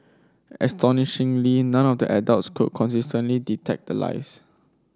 astonishingly none of the adults could consistently detect the lies